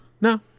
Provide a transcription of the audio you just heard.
No